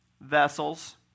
vessels